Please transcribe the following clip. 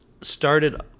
started